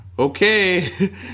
okay